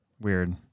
weird